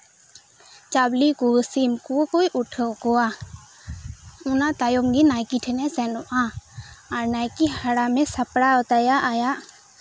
ᱪᱟᱣᱞᱮ ᱠᱚ ᱥᱤᱢ ᱠᱚ ᱠᱚᱭ ᱩᱴᱷᱟᱹᱣ ᱠᱚᱣᱟ ᱚᱱᱟ ᱛᱟᱭᱚᱢ ᱜᱮ ᱱᱟᱭᱠᱮ ᱴᱷᱮᱱᱮ ᱥᱮᱱᱚᱜᱼᱟ ᱟᱨ ᱱᱟᱭᱠᱮ ᱦᱟᱲᱟᱮ ᱥᱟᱯᱲᱟᱣ ᱛᱟᱭᱟ ᱟᱭᱟᱜ